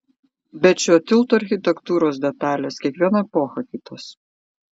bet šio tilto architektūros detalės kiekvieną epochą kitos